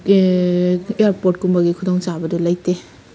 ꯑꯦꯌꯥꯔꯄꯣꯔꯠꯀꯨꯝꯕꯒꯤ ꯈꯨꯗꯣꯡ ꯆꯥꯕꯗꯣ ꯂꯩꯇꯦ